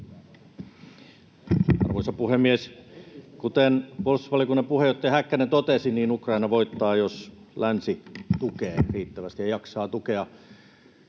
Arvoisa puhemies! Kuten puolustusvaliokunnan puheenjohtaja Häkkänen totesi, Ukraina voittaa, jos länsi tukee riittävästi ja jaksaa tukea.